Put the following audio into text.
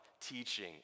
teaching